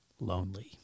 lonely